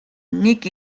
нэг